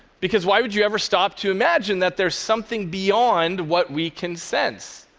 because why would you ever stop to imagine that there's something beyond what we can sense.